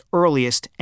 earliest